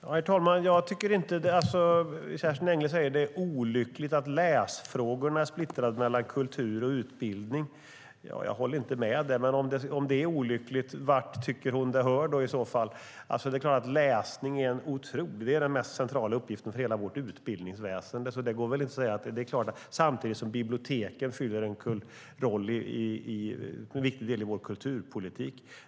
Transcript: Herr talman! Kerstin Engle säger att det är olyckligt att läsfrågorna är splittrade mellan kultur och utbildning. Jag håller inte med om det. Om det är olyckligt, vart tycker hon i så fall att det hör? Det är klart att läsning är otroligt viktigt - det är den mest centrala uppgiften för hela vårt utbildningsväsen. Samtidigt fyller biblioteken en roll i en viktig del av vår kulturpolitik.